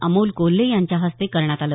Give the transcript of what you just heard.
अमोल कोल्हे यांच्या हस्ते करण्यात आलं